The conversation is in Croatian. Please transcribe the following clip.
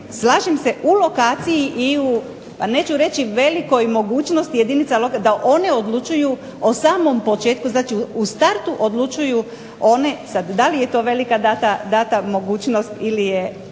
slažem se i u lokaciji i u neću reći velikoj mogućnosti jedinica da one odlučuju o samom početku, znači u startu odlučuju one. Sada da li je to velika data mogućnost ili je